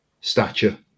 stature